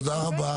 תודה רבה.